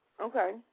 Okay